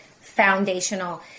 foundational